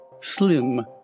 slim